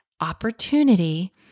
opportunity